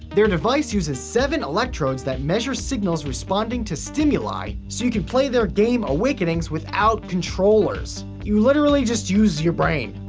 their device uses seven electrodes that measure signals responding to stimuli so that you can play their game awakenings without controllers. you literally just use your brain.